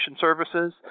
Services